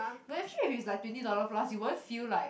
but actually if it's like twenty dollar plus you won't feel like